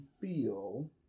feel